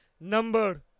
Number